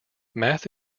math